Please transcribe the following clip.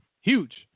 Huge